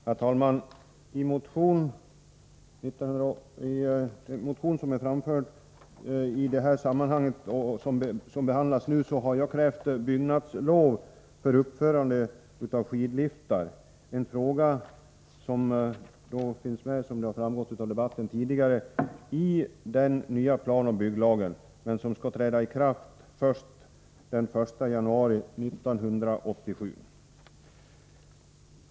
Herr talman! I en motion som behandlas i detta betänkande har jag krävt byggnadslovsplikt för uppförande av skidliftar, en fråga som finns med — det har tidigare framgått av debatten här — i den nya planoch bygglagen, som skall träda i kraft först den 1 januari 1987.